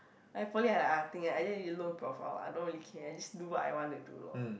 like poly like I think I really low profile I don't really care I just do what I wanna do lor